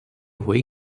ହୋଇ